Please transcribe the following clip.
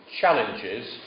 Challenges